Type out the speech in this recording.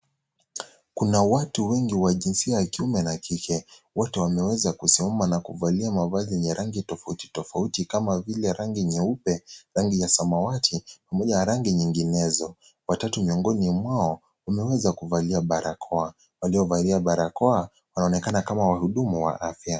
Kuna watu wengi wa jinsia ya kiume na kike, wote wameweza kusimama na kuvalia mavazi yenye rangi tofauti tofauti kama Vile rangi nyeupe, rangi ya samawati pamoja na rangi nyinginezo. Watatu miongoni mwao wameweza kuvalia barakoa. Waliovalia barakoa wanaonekana kama wahudumu wa afya.